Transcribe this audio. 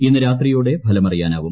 ഇന്ന് രാത്രിയോടെ ഫലമറിയാനാവും